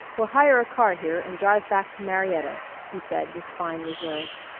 we'll hire a car here and drive back to marietta, he said with fine reserve.